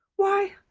why,